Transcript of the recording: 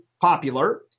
popular